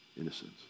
innocence